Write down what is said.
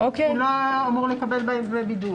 הוא לא אמור לקבל בהם דמי בידוד.